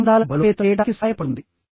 ఇది సంబంధాలను బలోపేతం చేయడానికి సహాయపడుతుంది